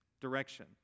direction